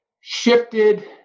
shifted